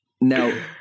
Now